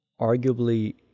arguably